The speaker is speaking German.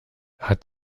hat